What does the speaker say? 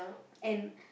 and